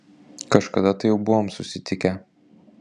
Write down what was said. kažkada tai jau buvom susitikę